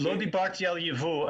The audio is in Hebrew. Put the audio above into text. לא דיברתי על ייבוא.